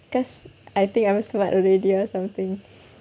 cause I think I'm smart already or something